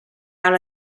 out